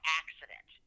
accident